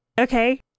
Okay